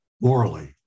morally